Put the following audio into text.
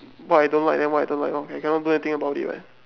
what I don't like then what I don't like lor I cannot do anything about it [what]